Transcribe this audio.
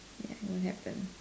ya it won't happen